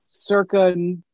Circa